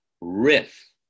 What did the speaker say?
riff